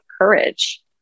courage